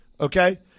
okay